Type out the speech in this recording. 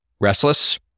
restless